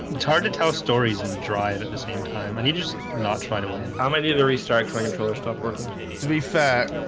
it's hard to tell stories and drive at the same time and you just not try to win how many of the restarts my controller stopped working to be fair.